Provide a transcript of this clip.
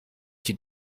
die